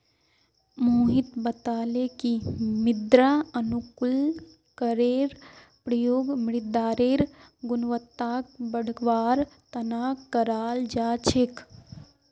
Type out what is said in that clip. मोहित बताले कि मृदा अनुकूलककेर प्रयोग मृदारेर गुणवत्ताक बढ़वार तना कराल जा छेक